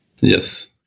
Yes